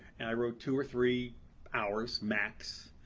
and i wrote two or three hours, max,